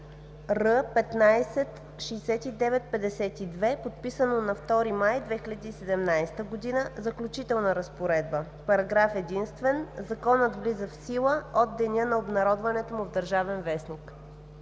Р156952), подписано на 2 май 2017 г. Заключителна разпоредба Параграф единствен. Законът влиза в сила от деня на обнародването му в „Държавен вестник“.“